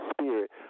Spirit